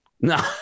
No